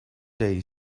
day